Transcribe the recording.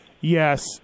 Yes